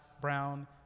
brown